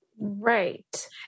Right